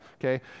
okay